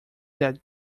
that